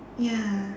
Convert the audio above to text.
ya